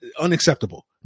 unacceptable